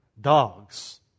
dogs